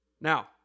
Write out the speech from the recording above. Now